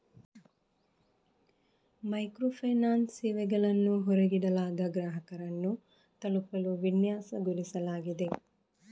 micro finance ಸೇವೆಗಳನ್ನು ಹೊರಗಿಡಲಾದ ಗ್ರಾಹಕರನ್ನು ತಲುಪಲು ವಿನ್ಯಾಸಗೊಳಿಸಲಾಗಿದೆ